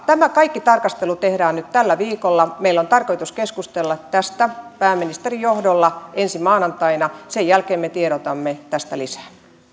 tämä kaikki tarkastelu tehdään nyt tällä viikolla meillä on tarkoitus keskustella tästä pääministerin johdolla ensi maanantaina sen jälkeen me tiedotamme tästä lisää